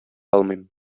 алмыйм